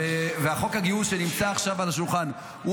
וחוק הגיוס שנמצא עכשיו על השולחן הוא